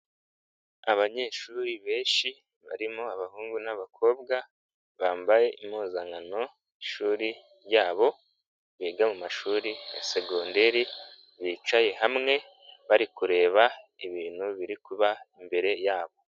Abanyeshuri benshi barimo abahungu n'abakobwa bambaye impuzankano y'ishuri yabo, biga mu mashuri segonderi bicaye hamwe, bari kureba ibintu biri kuba imbere yabo.